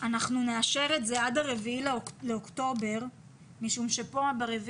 נאשר את זה עד ה-4 באוקטובר משום שב-4